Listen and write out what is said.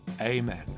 Amen